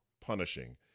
punishing